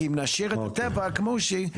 כי אם נשאיר את הטבע כמו שהוא,